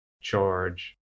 charge